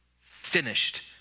Finished